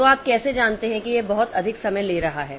तो आप कैसे जानते हैं कि यह बहुत अधिक समय ले रहा है